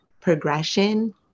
progression